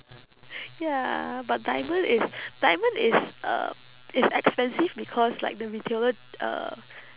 ya but diamond is diamond is uh is expensive because like the retailer uh